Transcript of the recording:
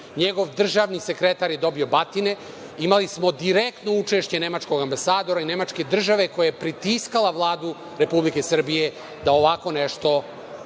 njegov državni sekretar je dobio batine. Imali smo direktno učešće nemačkog ambasadora i nemačke države koja je pritiskala Vladu Republike Srbije da ovako nešto